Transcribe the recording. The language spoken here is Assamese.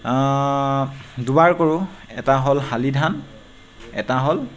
দুবাৰ কৰোঁ এটা হ'ল শালি ধান এটা হ'ল